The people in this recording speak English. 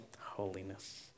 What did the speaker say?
holiness